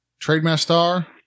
Trademaster